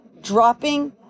dropping